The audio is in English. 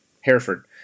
Hereford